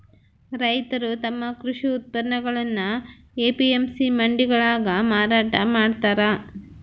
ರೈತರು ತಮ್ಮ ಕೃಷಿ ಉತ್ಪನ್ನಗುಳ್ನ ಎ.ಪಿ.ಎಂ.ಸಿ ಮಂಡಿಗಳಾಗ ಮಾರಾಟ ಮಾಡ್ತಾರ